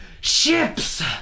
Ships